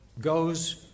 goes